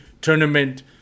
tournament